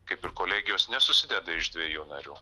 kaip ir kolegijos nesusideda iš dviejų narių